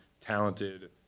talented